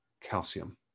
calcium